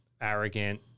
arrogant